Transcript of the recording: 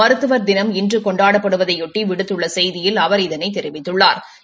மருத்துவர் தினம் இன்று கொண்டாடப்படுவதையொட்டி விடுத்துள்ள செய்தியில் அவர் இதனைத் தெரிவித்துள்ளாா்